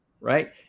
right